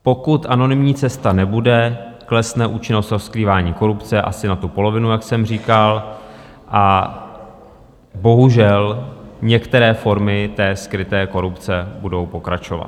Pokud anonymní cesta nebude, klesne účinnost rozkrývání korupce asi na polovinu, jak jsem říkal, a bohužel některé formy skryté korupce budou pokračovat.